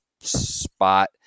spot